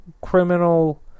criminal